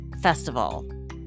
festival